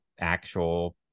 actual